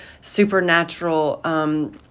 supernatural